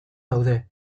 daude